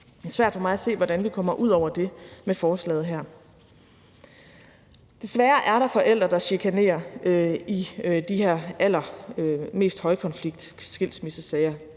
Det er svært for mig at se, hvordan vi kommer ud over det med forslaget her. Desværre er der forældre, der chikanerer i de her allermest højkonfliktfyldte skilsmissesager.